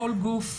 כל גוף,